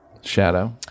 shadow